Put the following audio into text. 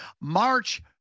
March